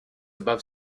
above